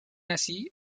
así